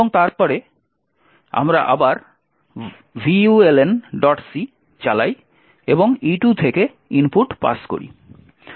এবং তারপরে আমরা আবার vulnc চালাই এবং e2 থেকে ইনপুট পাস করি